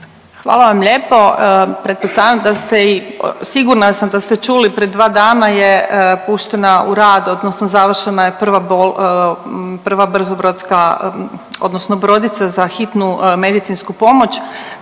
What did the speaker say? da ste i sigurna sam da ste čuli pred dva dana je puštena u rad, odnosno završena je prva brzo brodska, odnosno brodica za hitnu medicinsku pomoć.